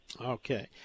Okay